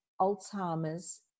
Alzheimer's